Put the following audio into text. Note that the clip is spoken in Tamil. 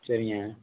சரிங்க